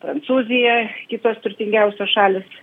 prancūzija kitos turtingiausios šalys